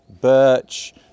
birch